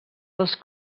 dels